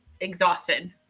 exhausted